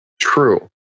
True